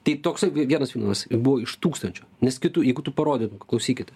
tai toksai vienas filmas buvo iš tūkstančio nes kitų jeigu tu parodytum klausykit